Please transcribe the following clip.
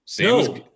No